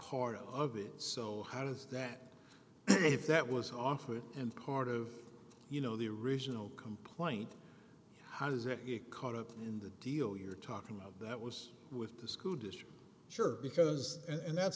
part of it so how does that if that was offered and part of you know the original complaint how does it get caught up in the deal you're talking of that was with the school district sure because and that's